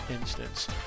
instance